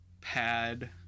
pad